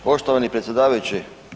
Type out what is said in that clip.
Poštovani predsjedavajući.